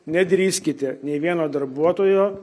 nedrįskite nei vieno darbuotojo